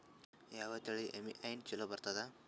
ಯಾವ ತಳಿ ಎಮ್ಮಿ ಹೈನ ಚಲೋ ಬರ್ತದ?